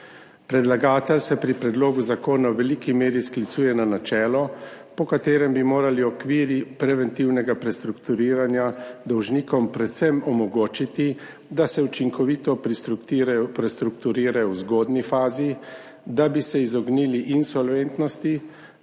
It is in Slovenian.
Predlagatelj se pri predlogu zakona v veliki meri sklicuje na načelo, po katerem bi morali okviri preventivnega prestrukturiranja dolžnikom predvsem omogočiti, da se učinkovito prestrukturirajo v zgodnji fazi, da bi se izognili insolventnosti